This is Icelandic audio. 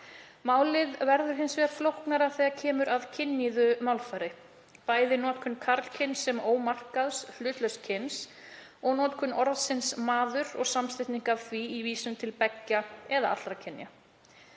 Málið verður hins vegar flóknara þegar kemur að kynjuðu málfari — bæði notkun karlkyns sem ómarkaðs (hlutlauss) kyns, og notkun orðsins maður og samsetninga af því í vísun til beggja (eða allra) kynja.